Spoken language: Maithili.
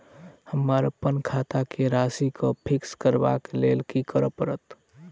हमरा अप्पन खाता केँ राशि कऽ फिक्स करबाक लेल की करऽ पड़त?